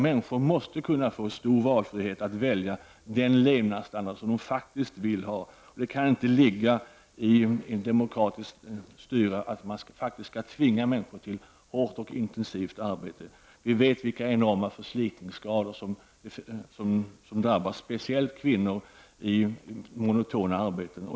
Människor måste få stor frihet att välja den levnadsstandard som de faktiskt vill ha. Det kan inte ingå i ett demokratiskt styre att man skall tvinga människor till hårt och intensivt arbete. Vi vet alla vilka enorma förslitningsskador som drabbar speciellt kvinnor i monotona arbeten.